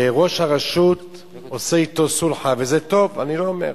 וראש הרשות עושה אתו סולחה, וזה טוב, אני לא אומר.